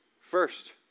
first